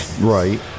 Right